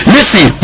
Listen